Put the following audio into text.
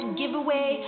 giveaway